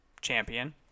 champion